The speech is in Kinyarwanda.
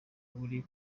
uri